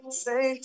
say